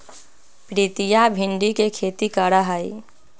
प्रीतिया भिंडी के खेती करा हई